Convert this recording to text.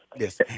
yes